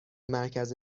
مرکز